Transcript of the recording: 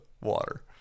water